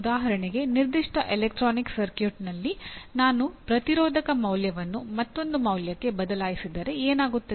ಉದಾಹರಣೆಗೆ ನಿರ್ದಿಷ್ಟ ಎಲೆಕ್ಟ್ರಾನಿಕ್ ಸರ್ಕ್ಯೂಟ್ನಲ್ಲಿ ನಾನು ಪ್ರತಿರೋಧಕ ಮೌಲ್ಯವನ್ನು ಮತ್ತೊಂದು ಮೌಲ್ಯಕ್ಕೆ ಬದಲಾಯಿಸಿದರೆ ಏನಾಗುತ್ತದೆ